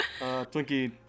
Twinkie